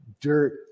dirt